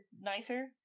nicer